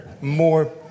more